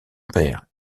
père